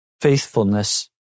faithfulness